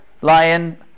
lion